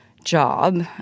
job